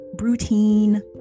routine